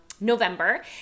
November